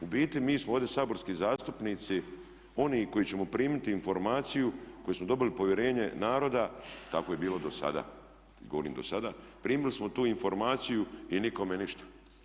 U biti mi smo ovdje saborski zastupnici oni koji ćemo primiti informaciju, koji smo dobili povjerenje naroda tako je bilo dosada, ja govorim dosada, primili smo tu informaciju i nikome ništa.